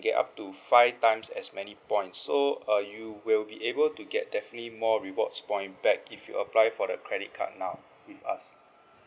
get up to five times as many points so uh you will be able to get definitely more rewards point back if you apply for the credit card now with us